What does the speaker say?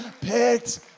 picked